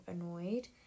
annoyed